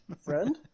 Friend